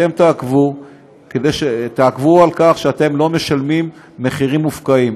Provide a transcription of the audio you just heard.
אתם תעקבו על כך שאתם לא משלמים מחירים מופקעים.